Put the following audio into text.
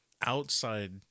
outside